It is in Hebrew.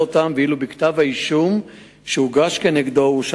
נמצא, נקודה וירטואלית.